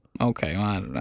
Okay